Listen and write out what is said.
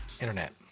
internet